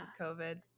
covid